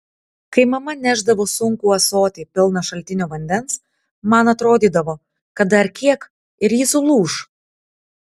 kai mama nešdavo sunkų ąsotį pilną šaltinio vandens man atrodydavo kad dar kiek ir ji sulūš